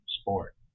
sport